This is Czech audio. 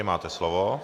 Máte slovo.